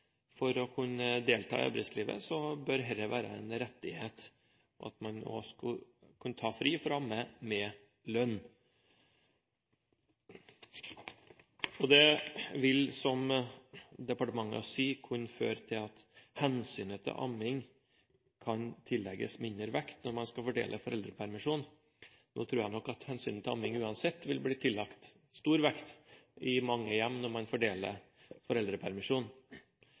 for å kunne delta i arbeidslivet, bør dette være en rettighet – at man må kunne ta fri med lønn for å amme. Dette vil, som departementet sier, kunne føre til at hensynet til amming kan tillegges mindre vekt når man skal fordele foreldrepermisjonen. Nå tror jeg nok at hensynet til amming uansett vil bli tillagt stor vekt i mange hjem når man fordeler